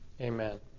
Amen